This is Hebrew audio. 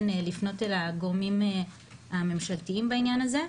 לפנות אל הגורמים הממשלתיים בעניין הזה,